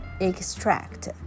Extract